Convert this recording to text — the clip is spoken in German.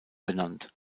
benannt